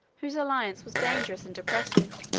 whose alliance was dangerous and oppressive,